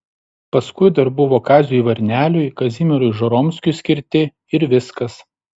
paskui dar buvo kaziui varneliui kazimierui žoromskiui skirti ir viskas